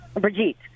Brigitte